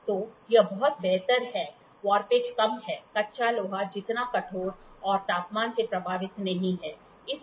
तो यह बहुत बेहतर है वॉरपेज कम है कच्चा लोहा जितना कठोर और तापमान से प्रभावित नहीं है